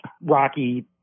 rocky